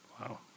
Wow